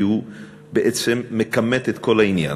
כי הוא בעצם מכמת את כל העניין.